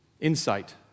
insight